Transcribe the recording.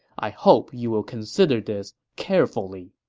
i hope you will consider this carefully.